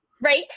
Right